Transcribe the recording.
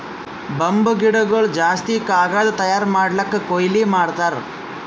bamboo ಗಿಡಗೊಳ್ ಜಾಸ್ತಿ ಕಾಗದ್ ತಯಾರ್ ಮಾಡ್ಲಕ್ಕೆ ಕೊಯ್ಲಿ ಮಾಡ್ತಾರ್